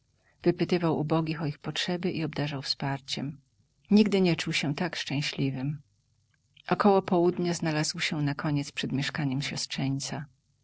wypytywał ubogich o ich potrzeby i obdarzał wsparciem nigdy nie czuł się tak szczęśliwym około południa znalazł się nakoniec przed mieszkaniem